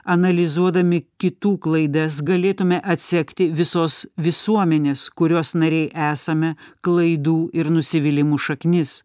analizuodami kitų klaidas galėtume atsekti visos visuomenės kurios nariai esame klaidų ir nusivylimų šaknis